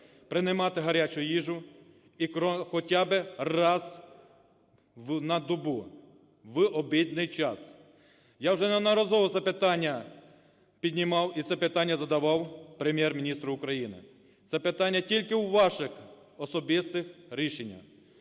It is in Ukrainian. приймати гарячу їжу, і хоча би раз на добу, в обідній час. Я вже неодноразово це питання піднімав і це питання задавав Прем'єр-міністру України. Це питання тільки у ваших особистих рішеннях,